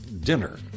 dinner